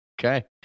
okay